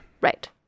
Right